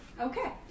Okay